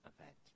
event